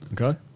Okay